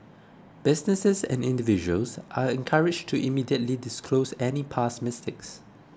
businesses and individuals are encouraged to immediately disclose any past mistakes